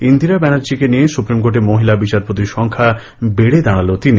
ইন্দিরা ব্যানার্জীকে নিয়ে সুপ্রীমকোর্টে মহিলা বিচারপতির সংখ্যা বেড়ে দাঁড়াল তিন